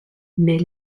mais